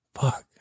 Fuck